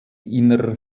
innerer